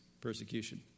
persecution